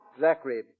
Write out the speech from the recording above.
Zachary